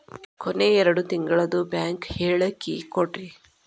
ಕೊನೆ ಎರಡು ತಿಂಗಳದು ಬ್ಯಾಂಕ್ ಹೇಳಕಿ ಕೊಡ್ರಿ